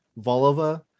Volova